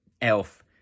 Elf